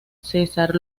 cesar